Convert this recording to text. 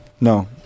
No